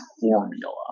formula